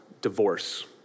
divorce